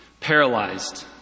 paralyzed